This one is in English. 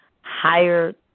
higher